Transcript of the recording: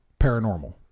paranormal